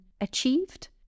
achieved